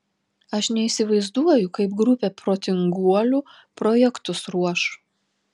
aš neįsivaizduoju kaip grupė protinguolių projektus ruoš